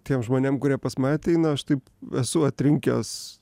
tiem žmonėm kurie pas mane ateina aš taip esu atrinkęs